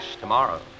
tomorrow